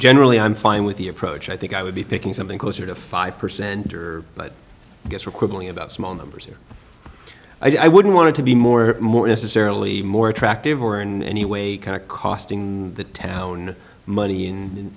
generally i'm fine with the approach i think i would be taking something closer to five percent or but i guess we're quibbling about small numbers here i wouldn't want to be more more necessarily more attractive or in any way kind of costing the town money